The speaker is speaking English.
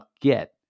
get